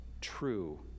true